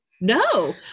No